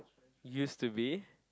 use to be